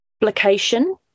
publication